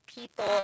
people